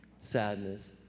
sadness